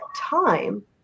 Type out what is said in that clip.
time